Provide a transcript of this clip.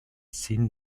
seen